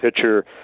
pitcher